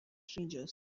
strangers